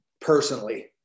personally